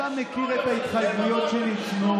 אתה מכיר את ההתחייבויות שניתנו,